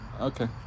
okay